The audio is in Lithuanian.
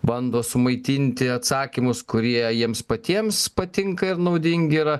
bando sumaitinti atsakymus kurie jiems patiems patinka ir naudingi yra